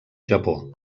japó